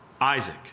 Isaac